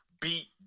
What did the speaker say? beat